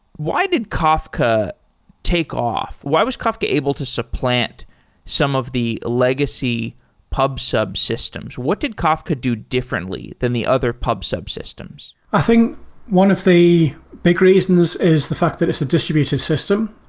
why did kafka take off? why was kafka able to supplant some of the legacy pub sub systems? what did kafka do differently than the other pub sub systems? i think one of the bickeries in this is the fact that it's a distributed system.